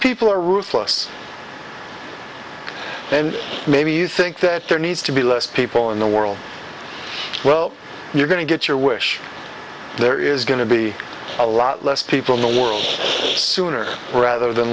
people are ruthless and maybe you think that there needs to be less people in the world well you're going to go sure wish there is going to be a lot less people in the world sooner rather than